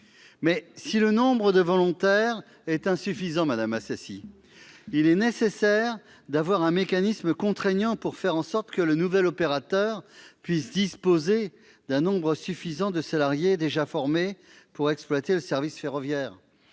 si le nombre de volontaires est insuffisant, il est nécessaire d'avoir un mécanisme contraignant pour faire en sorte que le nouvel opérateur puisse disposer d'un nombre suffisant de salariés déjà formés pour exploiter le service ferroviaire.